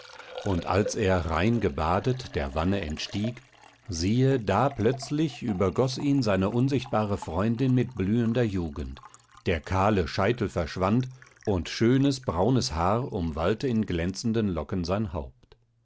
und als er rein gebadet der wanne entstieg siehe da plötzlich übergoß ihn seine unsichtbare freundin mit blühender jugend der kahle scheitel verschwand und schönes braunes haar umwallte in glänzenden locken sein haupt